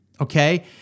okay